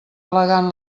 al·legant